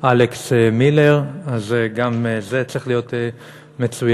אלכס מילר, אז גם זה צריך להיות מצוין.